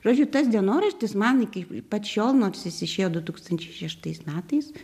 žodžiu tas dienoraštis man iki pat šiol nors jis išėjo du tūkstančiai šeštais metais